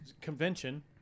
convention